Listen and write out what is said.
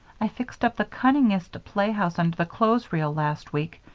i fixed up the cunningest playhouse under the clothes-reel last week,